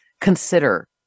consider